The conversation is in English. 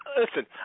listen